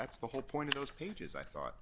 that's the whole point of those pages i thought